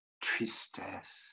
tristesse